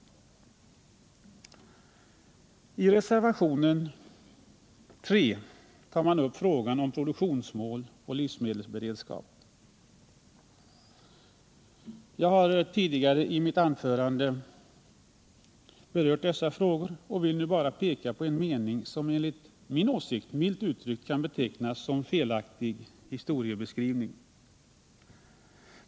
I reservationen 3 tar man upp frågan om produktionsmål och livsmedelsberedskap. Jag har tidigare i mitt anförande berört dessa frågor och vill nu bara peka på en mening, som enligt min åsikt, milt uttryckt, kan betecknas som felaktig historieskrivning.